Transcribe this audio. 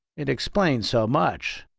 it explains so much.